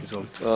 Izvolite.